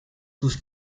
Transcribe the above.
sus